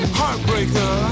heartbreaker